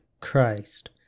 Christ